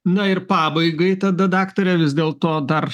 na ir pabaigai tada daktare vis dėlto dar